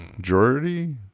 Jordy